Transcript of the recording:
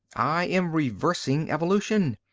i am reversing evolution.